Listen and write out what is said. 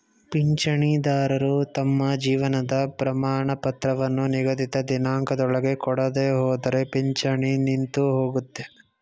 ಪಿಂಚಣಿದಾರರು ತಮ್ಮ ಜೀವನ ಪ್ರಮಾಣಪತ್ರವನ್ನು ನಿಗದಿತ ದಿನಾಂಕದೊಳಗೆ ಕೊಡದೆಹೋದ್ರೆ ಪಿಂಚಣಿ ನಿಂತುಹೋಗುತ್ತೆ